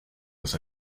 los